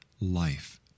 life